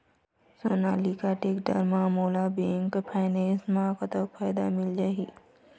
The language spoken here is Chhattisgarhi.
सोनालिका टेक्टर म मोला बैंक फाइनेंस म कतक फायदा मिल जाही?